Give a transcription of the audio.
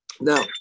Now